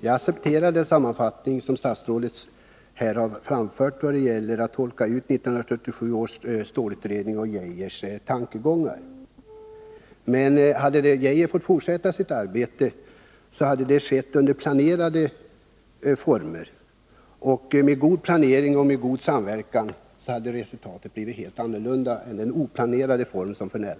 Jag accepterar den sammanfattning som statsrådet här gjort när det gäller uttolkningen av 1974 års stålutredning och Arne Geijers tankegångar. Men hade Arne Geijer fått fortsätta sitt arbete, hade det skett under planerade former. Med god planering och med god samverkan hade resultatet blivit ett helt annat än under de nuvarande oplanerade formerna.